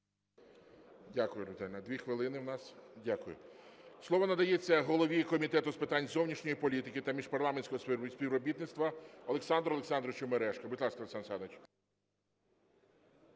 Віталіївна. 2 хвилини в нас. Дякую. Слово надається голові Комітету з питань зовнішньої політики та міжпарламентського співробітництва Олександру Олександровичу Мережку. Будь ласка, Олександр Олександрович.